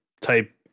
type